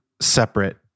separate